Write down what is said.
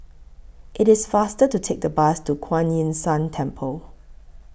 IT IS faster to Take The Bus to Kuan Yin San Temple